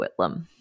Whitlam